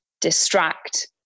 distract